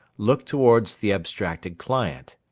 look towards the abstracted client.